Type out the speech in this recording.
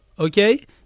Okay